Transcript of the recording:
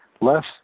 less